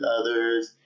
others